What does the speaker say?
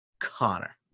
Connor